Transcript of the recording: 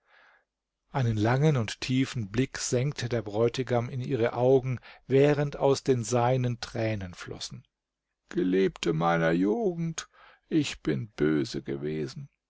einen langen und tiefen blick senkte der bräutigam in ihre augen während aus den seinen tränen flossen geliebte meiner jugend ich bin böse gewesen